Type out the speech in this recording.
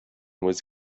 was